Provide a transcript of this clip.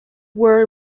were